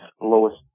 lowest